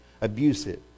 abusive